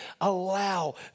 allow